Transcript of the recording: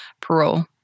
parole